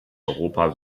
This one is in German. europa